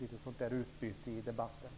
litet meningsutbyte i debatten.